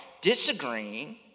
disagreeing